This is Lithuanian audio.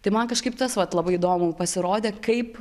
tai man kažkaip tas vat labai įdomu pasirodė kaip